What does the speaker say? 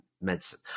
medicine